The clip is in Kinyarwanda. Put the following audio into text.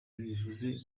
bivuze